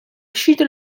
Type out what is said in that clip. uscito